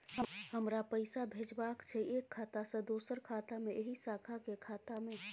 हमरा पैसा भेजबाक छै एक खाता से दोसर खाता मे एहि शाखा के खाता मे?